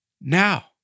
now